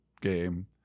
game